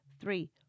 three